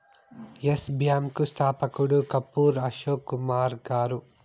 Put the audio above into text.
yes bank స్థాపకుడు కపూర్ అశోక్ కుమార్ గారు